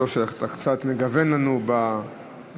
טוב שאתה קצת מגוון לנו בקולות,